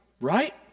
right